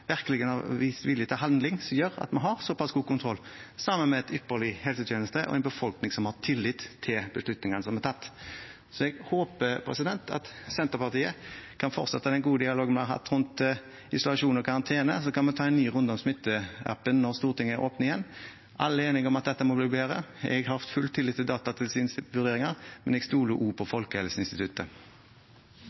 siden av Kjølen. Det er nettopp det at vi har en helseminister og en statsminister og andre statsråder som virkelig har vist vilje til handling, som gjør at vi har såpass god kontroll, sammen med en ypperlig helsetjeneste og en befolkning som har tillit til beslutningene som er tatt. Jeg håper Senterpartiet kan fortsette den gode dialogen vi har hatt rundt isolasjon og karantene, og så kan vi ta en ny runde om Smittestopp-appen når Stortinget åpner igjen. Alle er enige om at dette må bli bedre. Jeg har full tillit til Datatilsynets vurderinger,